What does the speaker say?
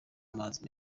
amazi